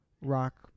rock